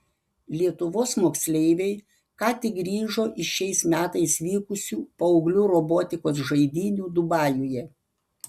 lietuvos moksleiviai ką tik grįžo iš šiais metais vykusių paauglių robotikos žaidynių dubajuje